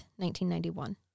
1991